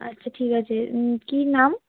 আচ্ছা ঠিক আছে কি নাম